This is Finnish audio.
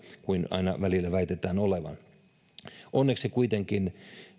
kuin aina välillä väitetään olevan onneksi kuitenkin